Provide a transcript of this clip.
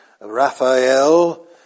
Raphael